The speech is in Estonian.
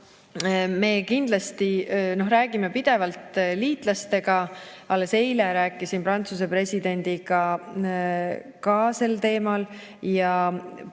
Me kindlasti räägime pidevalt liitlastega. Alles eile rääkisin Prantsuse presidendiga ka sel teemal ja